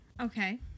Okay